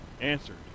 answered